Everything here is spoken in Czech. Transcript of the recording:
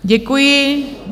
Děkuji.